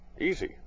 easy